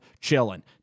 chilling